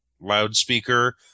loudspeaker